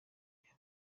reba